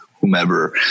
whomever